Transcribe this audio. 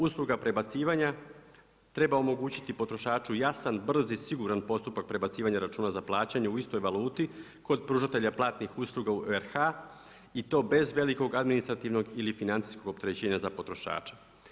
Usluga prebacivanja treba omogućiti potrošaču jasan, brz i siguran postupak prebacivanja računa za plaćanje u istoj valuti kod pružatelja platnih usluga u RH i to bez velikog administrativnog ili financijskog opterećenja za potrošača.